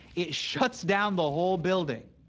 it shuts down the whole building.